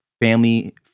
family